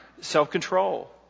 Self-control